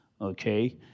okay